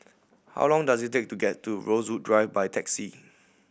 how long does it take to get to Rosewood Drive by taxi